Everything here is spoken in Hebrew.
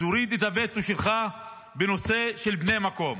תוריד את הווטו שלך בנושא של בני מקום,